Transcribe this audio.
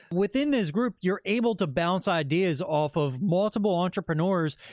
within this group, you're able to bounce ideas off of multiple entrepreneurs,